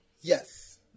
Yes